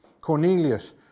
Cornelius